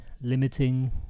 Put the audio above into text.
limiting